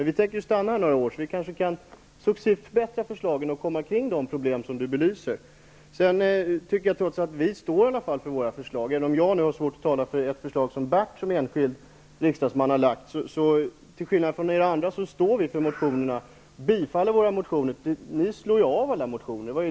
Vi tänker ju stanna här några år, så vi kanske successivt kan förbättra förslagen och komma runt de problem som Bengt Wittbom belyser. Vi står i alla fall för våra förslag, även om jag nu har svårt att tala för ett förslag som Bert Karlsson som enskild riksdagsman har lagt fram. Till skillnad från er andra står vi för motionerna och yrkar bifall till dem. Ni avstyrker ju alla motioner.